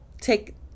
take